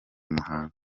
muhanga